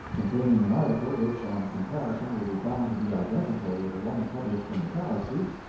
containing an article which, on comparison, will be found to be identical with the one published in the galaxy,